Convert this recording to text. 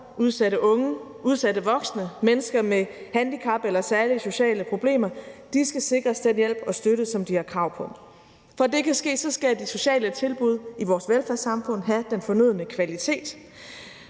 udsatte unge, udsatte voksne og mennesker med handicap eller særlige sociale problemer skal sikres den hjælp og støtte, som de har krav på. For at det kan ske, skal de sociale tilbud i vores velfærdssamfund have den fornødne kvalitet,